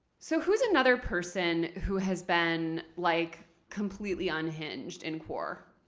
so who's another person who has been like completely unhinged in quar?